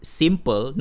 simple